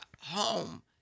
Home